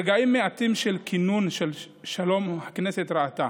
רגעים מעטים של כינון של שלום הכנסת ראתה,